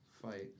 fight